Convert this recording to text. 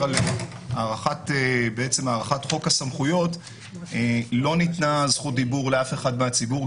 על הארכת חוק הסמכויות לא ניתנה זכות דיבור לאף אחד מהציבור,